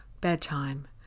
bedtime